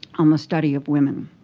on the study of women.